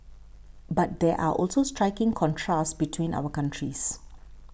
but there are also striking contrasts between our countries